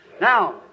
Now